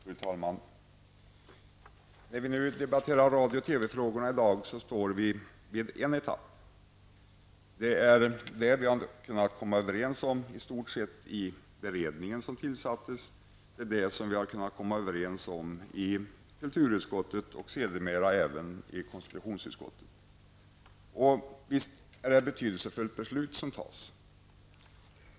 Fru talman! När vi nu i dag debatterar radio och TV-frågorna står vi vid en etapp. Det gäller det som vi i stort sett har kunnat komma överens om i den beredning som tillsattes, och det gäller det som vi har kunnat komma överens om i kulturutskottet och sedermera även i konstitutionsutskottet. Visst är det ett betydelsefullt beslut som fattas.